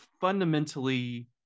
fundamentally